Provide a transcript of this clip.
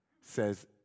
says